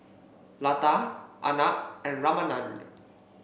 Lata Arnab and Ramanand